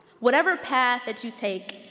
whatever path that you take,